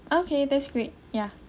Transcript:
okay that's great yeah